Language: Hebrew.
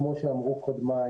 כמו שאמרו קודמיי,